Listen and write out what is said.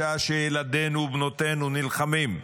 בשעה שילדינו ובנותינו נלחמים,